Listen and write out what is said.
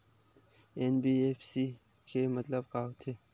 NBFC के मतलब का होथे?